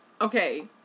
Okay